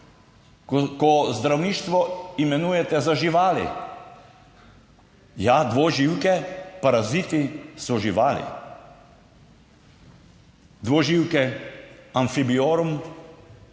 ko zdravništvo imenujete za živali. Ja, dvoživke, paraziti so živali. Dvoživke, amfibiorum